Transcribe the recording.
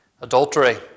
adultery